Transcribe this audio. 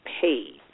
page